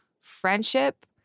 friendship